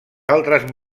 altres